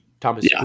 Thomas